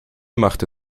machte